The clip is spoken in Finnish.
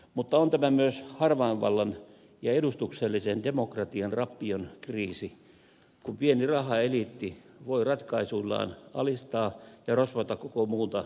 mutta on tämä myös harvainvallan ja edustuksellisen demokratian rappion kriisi kun pieni rahaeliitti voi ratkaisuillaan alistaa ja rosvota koko muuta yhteiskuntaa